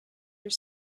your